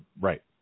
Right